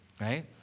right